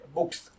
Books